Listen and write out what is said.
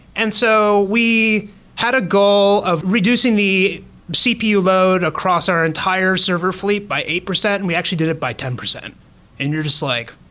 and so we had a goal of reducing the cpu load across our entire server fleet by eight percent and we actually did it by ten percent and you're just like,